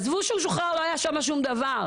עזבו שהוא שוחרר לא היה שמה שום דבר.